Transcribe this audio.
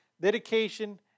dedication